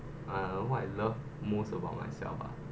uh what I love most about myself ah